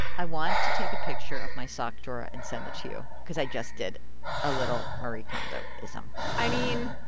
i want to take a picture of my sock drawer ah and send it to you cause i just did a little marie kondoism i mean,